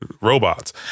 Robots